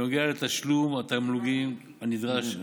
בנוגע לתשלום התמלוגים הנדרש ממנה.